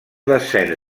descens